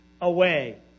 away